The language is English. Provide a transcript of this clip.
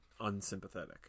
unsympathetic